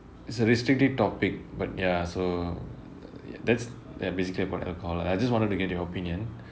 it's a restrictive topic but ya so that's basically about alcohol I just wanted to get your opinion